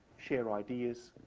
share ideas,